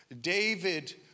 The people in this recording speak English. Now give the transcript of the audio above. David